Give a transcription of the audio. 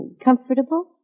comfortable